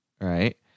Right